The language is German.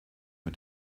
mit